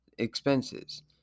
expenses